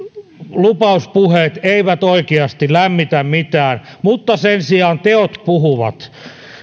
lupauspuheet eivät oikeasti lämmitä mitään mutta sen sijaan teot puhuvat